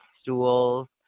stools